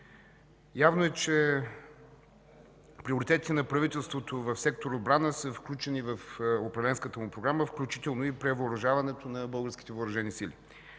Явно е, че приоритетите на правителството в сектор „Отбрана” са включени в управленската му програма, включително и превъоръжаването на българските Въоръжени сили.